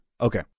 Okay